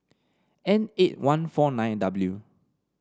N eight one four nine W